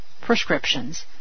prescriptions